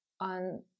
on